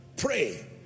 pray